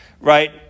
right